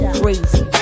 crazy